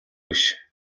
биш